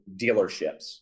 dealerships